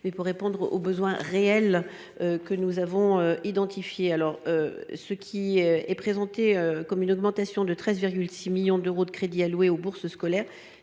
nous voulons répondre à des besoins réels, que nous avons identifiés. Ce qui est présenté comme une augmentation de 13,6 millions d’euros des crédits alloués aux bourses scolaires